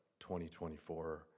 2024